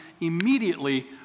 immediately